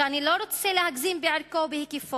שאני לא רוצה להגזים בערכו ובהיקפו,